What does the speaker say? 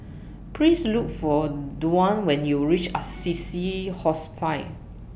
Please Look For Dwane when YOU REACH Assisi Hospice